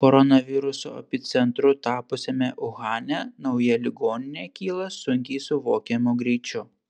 koronaviruso epicentru tapusiame uhane nauja ligoninė kyla sunkiai suvokiamu greičiu